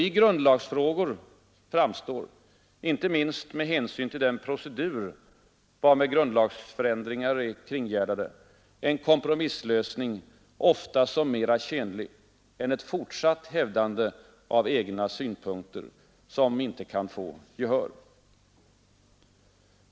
I grundlagsfrågor framstår inte minst med hänsyn till den procedur varmed grundlagsändringar är kringgärdade — en kompromisslösning ofta som mera tjänlig än ett fortsatt hävdande av egna synpunkter som inte kan få gehör.